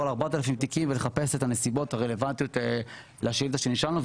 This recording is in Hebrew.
על 4,000 תיקים ולחפש את הנסיבות הרלוונטיות לשאילתות שנשאלנו.